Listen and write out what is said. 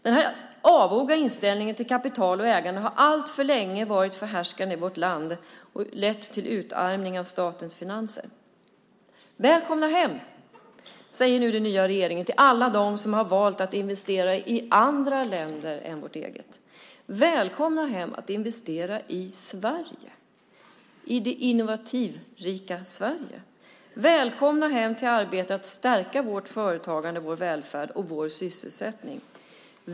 Denna avoga inställning till kapital och ägande har alltför länge varit förhärskande i vårt land och lett till en utarmning av statens finanser. Välkomna hem, säger nu den nya regeringen till alla dem som har valt att investera i andra länder än vårt eget. Välkomna hem att investera i Sverige, i det innovationsrika Sverige. Välkomna hem till arbetet att stärka vårt företagande, vår välfärd och vår sysselsättning.